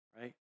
right